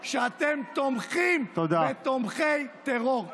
תתביישו לכם שאתם תומכים בתומכי טרור, כל אחד מכם.